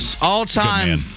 All-time